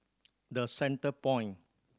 The Centrepoint